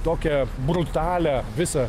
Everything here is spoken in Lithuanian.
tokią brutalią visą